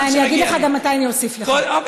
ואני אגיד לך גם מתי אני אוסיף לך, אוקיי?